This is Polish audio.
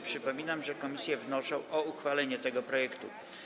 Przypominam, że komisje wnoszą o uchwalenie tego projektu.